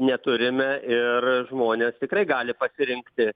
neturime ir žmonės tikrai gali pasirinkti